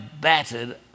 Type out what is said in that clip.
battered